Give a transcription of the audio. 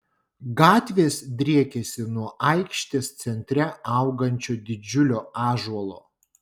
gatvės driekėsi nuo aikštės centre augančio didžiulio ąžuolo